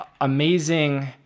amazing